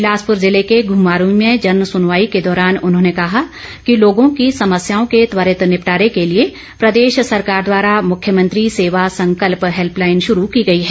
बिलासपुर जिले के घूमरवी में जन सुनवाई के दौरान उन्होंने कहा कि लोगों की समस्याओं का त्वरित निपटारे के लिए प्रदेश सरकार द्वारा मुख्यमंत्री सेवा संकल्प हैल्पलाईन शुरू की गई है